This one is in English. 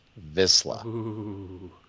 Visla